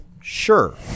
sure